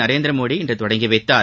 நரேந்திரமோடி இன்று தொடங்கி வைத்தார்